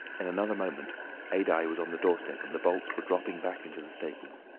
in another moment adye was on the doorstep and the bolts were dropping back into the staples.